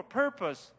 purpose